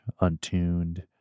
untuned